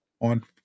on